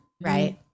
right